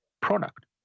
product